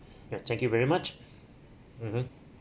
ya thank you very much mmhmm